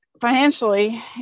financially